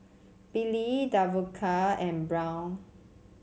Billy Davonta and Brown